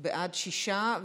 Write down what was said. בעד, שישה.